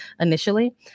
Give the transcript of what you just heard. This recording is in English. initially